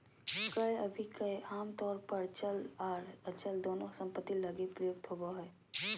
क्रय अभिक्रय आमतौर पर चल आर अचल दोनों सम्पत्ति लगी प्रयुक्त होबो हय